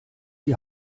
die